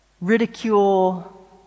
ridicule